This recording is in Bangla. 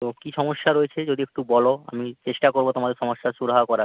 তো কী সমস্যা রয়েছে যদি একটু বলো আমি চেষ্টা করব তোমাদের সমস্যার সুরাহা করার